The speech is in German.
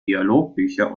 dialogbücher